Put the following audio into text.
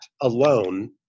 alone